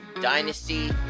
Dynasty